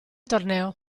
torneo